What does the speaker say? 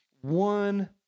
One